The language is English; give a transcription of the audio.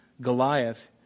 Goliath